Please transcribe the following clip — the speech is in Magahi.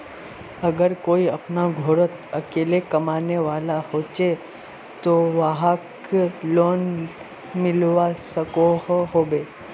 अगर कोई अपना घोरोत अकेला कमाने वाला होचे ते वाहक लोन मिलवा सकोहो होबे?